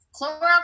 Clorox